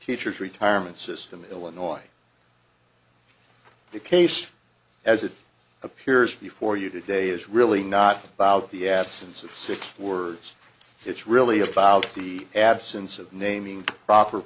teacher's retirement system in illinois the case as it appears before you today is really not about the absence of six words it's really about the absence of naming proper